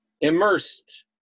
Immersed